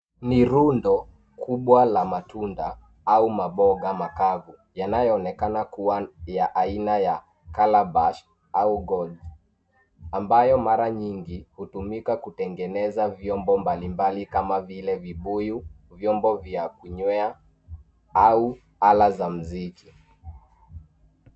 Mirundo kubwa la matunda au maboga makavu yanayoonekana kuwa ya aina ya calabash au gourd ambayo mara nyingi hutumika kutengeneza vyombo mbalimbali kama vile vibuyu, vyombo vya kunywea au ala za muziki.